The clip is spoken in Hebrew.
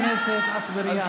חברת הכנסת אטבריאן.